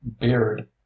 beard